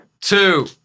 two